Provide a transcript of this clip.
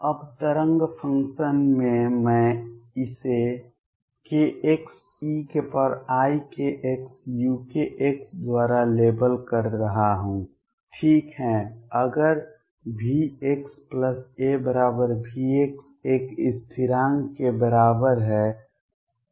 अब तरंग फंक्शन में मैं इसे k x eikxukx द्वारा लेबल कर रहा हूं ठीक है अगर Vxa V एक स्थिरांक के बराबर है